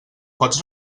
pots